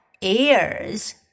ears